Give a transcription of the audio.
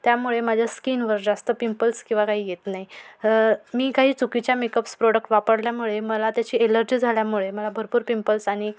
त्यामुळे माझ्या स्कीनवर जास्त पिंपल्स किंवा काही येत नाही मी काही चुकीच्या मेकअप्स प्रोडक्ट वापरल्यामुळे मला त्याची एलर्जी झाल्यामुळे मला भरपूर पिंपल्स आणि